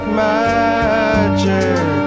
magic